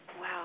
Wow